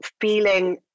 feeling